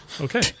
Okay